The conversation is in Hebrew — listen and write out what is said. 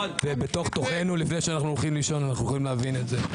ובתוך תוכנו לפני שאנחנו הולכים לישון אנחנו יכולים להבין את זה.